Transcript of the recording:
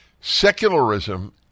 secularism